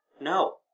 No